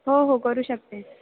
हो हो करू शकते